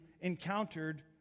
encountered